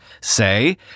say